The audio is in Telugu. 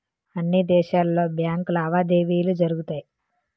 అన్ని దేశాలలో బ్యాంకు లావాదేవీలు జరుగుతాయి